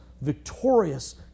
victorious